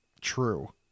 True